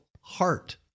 heart